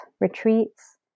retreats